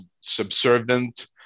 subservient